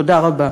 תודה רבה.